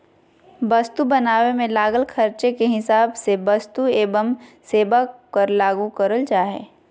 वस्तु बनावे मे लागल खर्चे के हिसाब से वस्तु एवं सेवा कर लागू करल जा हय